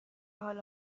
حال